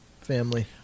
family